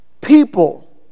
people